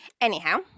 anyhow